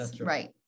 right